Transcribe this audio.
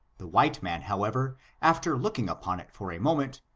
the white man, however, after looking upon it for a moment,